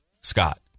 Scott